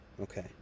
Okay